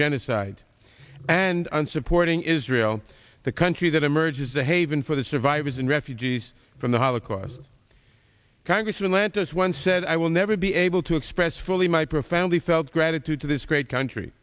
genocide and on supporting israel the country that emerged as a haven for the survivors and refugees from the holocaust congressman lantos once said i will never be able to express fully my profoundly felt gratitude to this great country